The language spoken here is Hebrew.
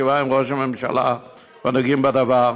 ישיבה עם ראש הממשלה והנוגעים בדבר,